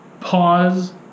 pause